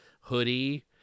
hoodie